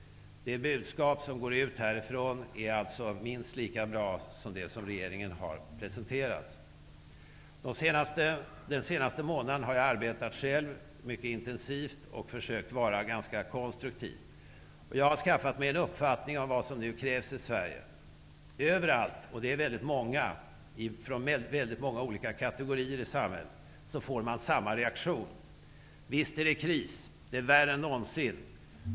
Det budskap som går ut härifrån är alltså minst lika bra som det som regeringen har presenterat. Den senaste månaden har jag själv arbetat mycket intensivt och försökt vara ganska konstruktiv. Jag har skaffat mig en uppfattning om vad som nu krävs i Sverige. Överallt -- det är väldigt många från många olika kategorier i samhället -- får man samma reaktion: Visst är det kris, det är värre än någonsin.